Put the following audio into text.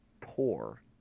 poor